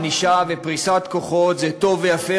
ענישה ופריסת כוחות זה טוב ויפה,